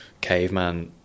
caveman